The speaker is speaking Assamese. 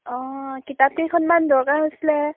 অঁ কিতাপকেইখনমান দৰকাৰ হৈছিলে